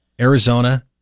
Arizona